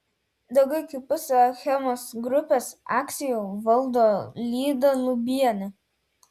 daugiau kaip pusę achemos grupės akcijų valdo lyda lubienė